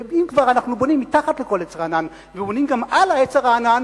ואם כבר אנחנו בונים תחת כל עץ רענן ובונים גם על העץ הרענן,